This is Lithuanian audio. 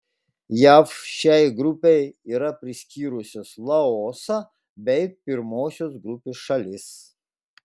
jav šiai grupei yra priskyrusios laosą bei pirmosios grupės šalis